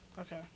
Okay